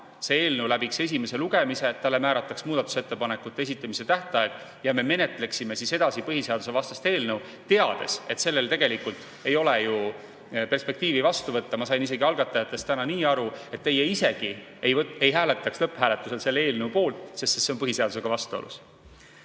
see eelnõu läbiks esimese lugemise, et talle määrataks muudatusettepanekute esitamise tähtaeg ja me menetleksime edasi põhiseadusvastast eelnõu, teades, et tegelikult sellel ei ole vastuvõtmise perspektiivi. Ma sain algatajatest täna nii aru, et teie isegi ei hääletaks lõpphääletusel selle eelnõu poolt, sest see on põhiseadusega vastuolus.